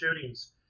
shootings